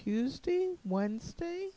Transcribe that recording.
tuesday wednesday